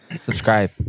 Subscribe